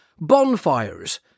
bonfires